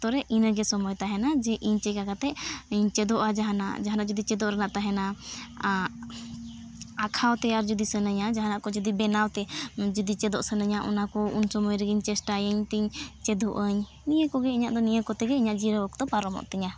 ᱚᱠᱛᱚ ᱨᱮ ᱤᱱᱟᱹᱜᱮ ᱥᱚᱢᱚᱭ ᱛᱟᱦᱮᱱᱟ ᱡᱮ ᱤᱧ ᱪᱤᱠᱟᱹ ᱠᱟᱛᱮᱫ ᱤᱧ ᱪᱮᱫᱚᱜᱼᱟ ᱡᱟᱦᱟᱱᱟᱜ ᱡᱟᱦᱟᱱᱟᱜ ᱡᱩᱫᱤ ᱪᱮᱫᱚᱜ ᱨᱮᱱᱟᱜ ᱛᱟᱦᱮᱱᱟ ᱟᱸᱠᱷᱟᱣ ᱛᱮᱭᱟᱜ ᱡᱩᱫᱤ ᱥᱟᱱᱟᱧᱟ ᱡᱟᱦᱟᱱᱟᱜ ᱠᱚ ᱡᱩᱫᱤ ᱵᱮᱱᱟᱣ ᱛᱮ ᱡᱩᱫᱤ ᱪᱮᱫᱚᱜ ᱥᱟᱱᱟᱧᱟ ᱚᱱᱟ ᱠᱚ ᱩᱱ ᱥᱚᱢᱚᱭ ᱨᱮᱜᱮᱧ ᱪᱮᱥᱴᱟᱭᱟ ᱤᱧ ᱛᱤᱧ ᱪᱮᱫᱚᱜ ᱟᱹᱧ ᱱᱤᱭᱟᱹ ᱠᱚᱜᱮ ᱤᱧᱟᱹᱜ ᱫᱚ ᱱᱤᱭᱟᱹ ᱠᱚᱛᱮᱜᱮ ᱤᱧᱟᱹᱜ ᱡᱤᱨᱟᱹᱣ ᱚᱠᱛᱚ ᱯᱟᱨᱚᱢᱚᱜ ᱛᱤᱧᱟᱹ